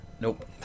Nope